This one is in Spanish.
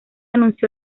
anunció